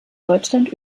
deutschland